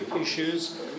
issues